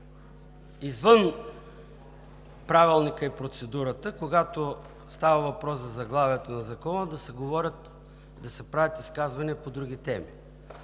извън Правилника и процедурата – когато става въпрос за заглавието на Закона, да се правят изказвания по други теми,